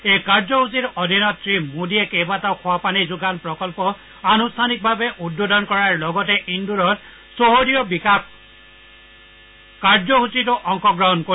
এই কাৰ্যসূচীৰ অধীনত শ্ৰীমোদীয়ে কেইবাটাও খোৱা পানী যোগান প্ৰকল্প আনুষ্ঠানিকভাৱে উদ্বোধন কৰাৰ লগতে ইন্দোৰত চহৰীয় বিকাশ কাৰ্য্যসূচীটো অংশগ্ৰহণ কৰিব